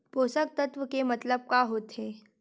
पोषक तत्व के मतलब का होथे?